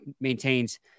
maintains